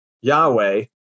Yahweh